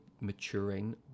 maturing